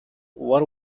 what